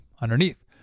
underneath